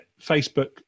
facebook